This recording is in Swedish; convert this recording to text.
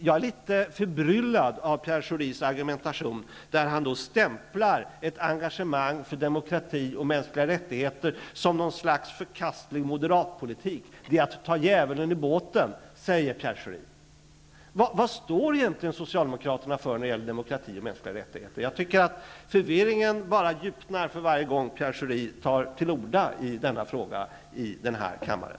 Jag är litet förbryllad av Pierre Schoris argumentation, som innebar att han stämplade ett engagemang för demokrati och mänskliga rättigheter som något slags förkastlig moderatpolitik. Det är att ta djävulen i båten, sade Pierre Schori. Vad står Socialdemokraterna egentligen för när det gäller demokrati och mänskliga rättigheter? Jag tycker att förvirringen djupnar för varje gång som Pierre Schori här i kammaren tar till orda i den frågan.